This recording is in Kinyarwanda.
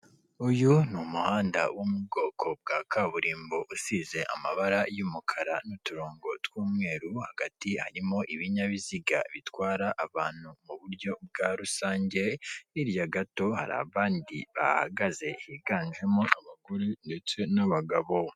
Uyu ni umuhanda wo mu bwoko bwa kaburimbo usize amabara y'umukara n'uturongo tw'umweru, hagati harimo ibinyabiziga bitwara abantu mu buryo bwa rusange, hirya gato hari abandi bahagaze higanjemo abagore ndetse n'abagabo.